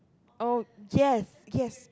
oh yes yes